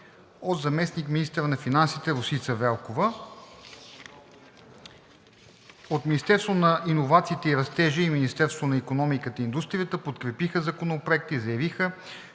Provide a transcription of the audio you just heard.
от заместник-министъра на финансите Росица Велкова. От Министерството на иновациите и растежа и Министерство на икономиката и индустрията подкрепиха Законопроекта и заявиха,